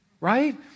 right